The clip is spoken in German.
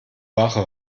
wache